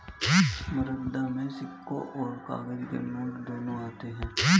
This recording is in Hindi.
मुद्रा में सिक्के और काग़ज़ के नोट दोनों आते हैं